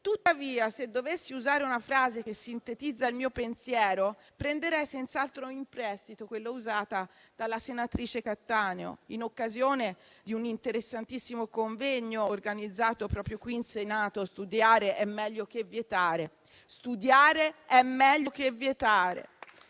Tuttavia, se dovessi usare una frase che sintetizza il mio pensiero, prenderei senz'altro in prestito quella usata dalla senatrice Cattaneo in occasione di un interessantissimo convegno organizzato proprio qui in Senato: «Studiare è meglio che vietare», *e lo sottolineo.